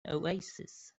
oasis